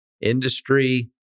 industry